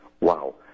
Wow